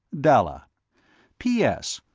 dalla p s.